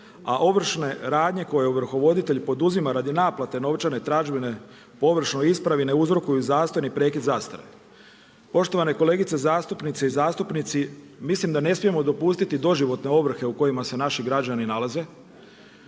a ovršne radnje koje ovrhovoditelj poduzima radi naplate novčane tražbine po ovršnoj ispravi ne uzrokuju zastoj ni prekid zastare. Poštovane kolegice zastupnice i zastupnici, mislim da ne smijemo dopustiti doživotne ovrhe u kojima se naši građani nalaze